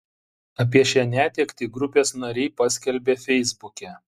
apie šią netektį grupės nariai paskelbė feisbuke